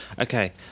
Okay